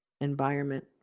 environment